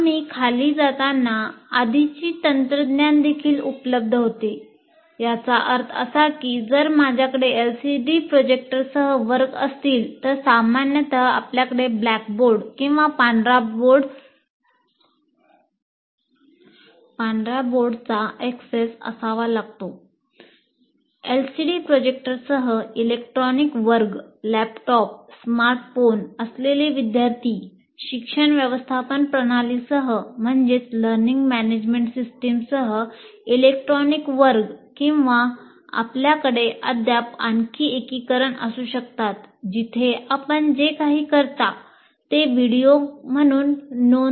आम्ही खाली जाताना आधीची तंत्रज्ञान देखील उपलब्ध होते याचा अर्थ असा की जर माझ्याकडे एलसीडी प्रोजेक्टरसह मिळू शकेल